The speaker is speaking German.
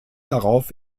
darauf